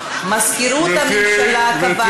מזכירות הממשלה קבעה,